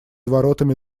воротами